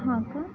हां का